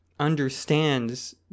Understands